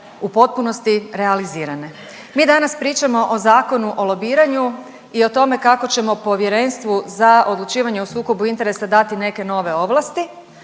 u potpunosti realizirane. Mi danas pričamo o Zakonu o lobiranju i o tome kako ćemo Povjerenstvu za odlučivanje o sukobu interesa dati neke ovlasti,